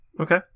Okay